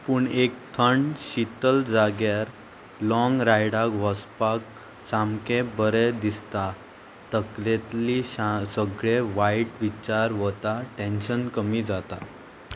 पूण एक थंड शितल जाग्यार लाँग रायडाक वचपाक सामकें बरें दिसता तकलेंतली सगळें वायट विचार वता टॅन्शन कमी जाता